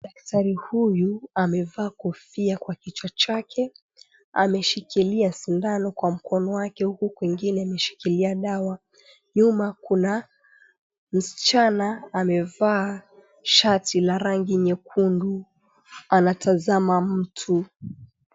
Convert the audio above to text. Daktari huyu amevaa kofia kwa kichwa chake ameshikilia sindano kwa mkono wake huku kwengine ameshikilia dawa. Nyuma kuna msichana amevaa shati la rangi nyekundu anatazama mtu .